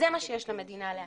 זה מה שיש למדינה להציע.